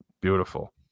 Beautiful